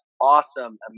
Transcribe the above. awesome